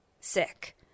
sick